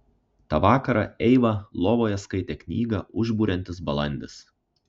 tą vakarą eiva lovoje skaitė knygą užburiantis balandis